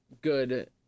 good